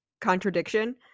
contradiction